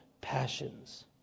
passions